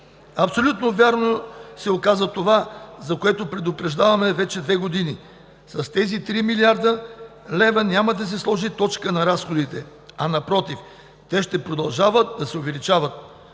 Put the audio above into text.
Абсолютно вярно се оказа това, за което предупреждаваме вече две години – с тези 3 млрд. лв. няма да се сложи точка на разходите, а напротив, те ще продължават да се увеличават.